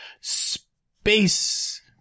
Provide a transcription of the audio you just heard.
space